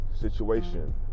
situation